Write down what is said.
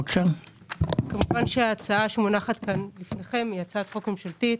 כמובן שההצעה שמונחת פה בפניכם היא ממשלתית.